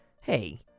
hey